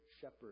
shepherd